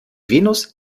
venus